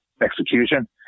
execution